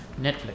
Netflix